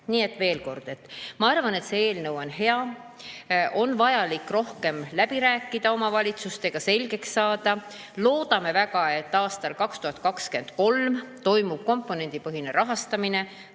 Nii et veel kord: ma arvan, et see eelnõu on hea, aga on vaja rohkem läbi rääkida omavalitsustega ja asi selgeks saada. Loodame väga, et aastal 2023 hakkab toimuma komponendipõhine rahastamine,